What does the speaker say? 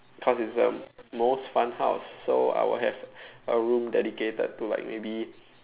cause it's the most fun house so I will have a room dedicated to like maybe